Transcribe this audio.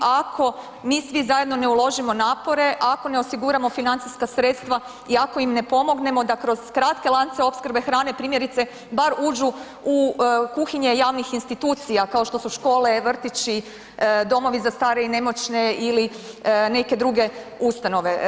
Ako mi svi ne uložimo napore, ako ne osiguramo financijska sredstva i ako im ne pomognemo da kroz kratke lance opskrbe hrane primjerice bar uđu u kuhinje javnih institucija kao što su škole, vrtići, domovi za starije i nemoćne ili neke druge ustanove.